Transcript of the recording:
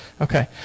Okay